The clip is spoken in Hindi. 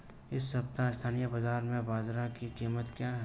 इस सप्ताह स्थानीय बाज़ार में बाजरा की कीमत क्या है?